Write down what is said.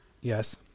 yes